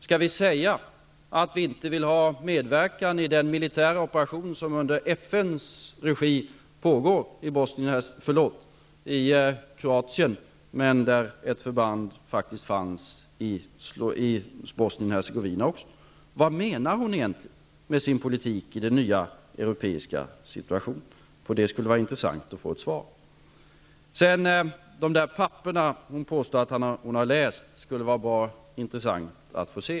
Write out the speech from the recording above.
Skall vi säga att vi inte vill ha medverkan i den militära operation som under FN:s regi pågår i Kroatien; ett förband fanns också i Bosnien-Hercegovina? Vad menar Gudrun Schyman egentligen med sin politik i den nya europeiska situationen? Det skulle vara intressant att få ett svar på det. De papper som Gudrun Schyman påstår att hon har läst skulle det vara bra intressant att få se.